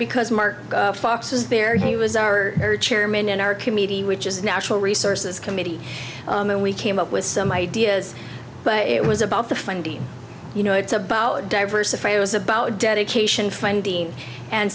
because mark fox was there he was our chairman in our committee which is a natural resources committee and we came up with some ideas but it was about the funding you know it's about diversifying it was about dedication finding and